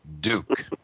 Duke